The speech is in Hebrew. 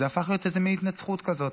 זה הפך להיות איזו מין התנצחות כזאת.